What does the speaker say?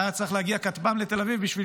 היה צריך להגיע כטב"ם לתל אביב בשביל